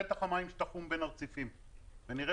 שטח המים שתחום בין הרציפים ונראה